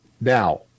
Now